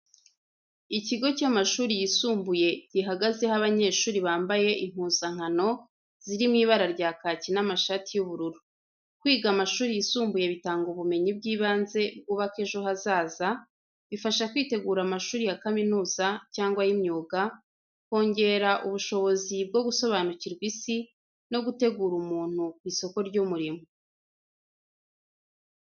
Ikigo cy'amashuri yisumbuye, gihagazeho abanyeshuri bambaye impuzankano ziri mu ibara rya kaki n'amashati y'ubururu. Kwiga amashuri yisumbuye bitanga ubumenyi bw’ibanze bwubaka ejo hazaza, bifasha kwitegura amashuri ya kaminuza cyangwa ay'imyuga, kongera ubushobozi bwo gusobanukirwa isi, no gutegura umuntu ku isoko ry’umurimo.